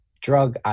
drug